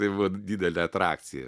tai buvo didelė atrakcija